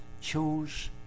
chose